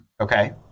Okay